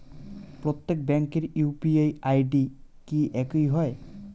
প্রত্যেক ব্যাংকের UPI ID কি একই হয়?